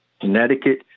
Connecticut